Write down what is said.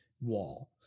wall